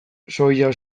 soia